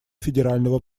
федерального